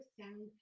sound